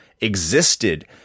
existed